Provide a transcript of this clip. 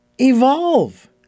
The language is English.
evolve